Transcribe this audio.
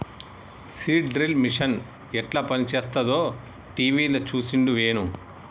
seed drill machine యెట్ల పనిచేస్తదో టీవీల చూసిండు వేణు